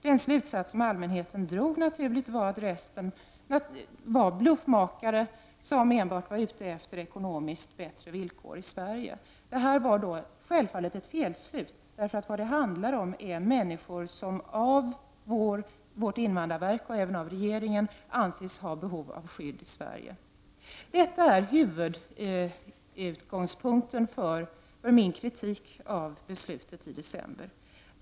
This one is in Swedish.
Den slutsats som allmänheten drog, helt naturligt, var att resten var bluffmakare som enbart var ute efter ekonomiskt bättre villkor i Sverige. Det var självfallet ett felslut. Vad det handlar om är människor som av vårt invandrarverk och även av regeringen anses ha behov av skydd i Sverige. Detta är den huvudsakliga utgångspunkten för min kritik av beslutet i december.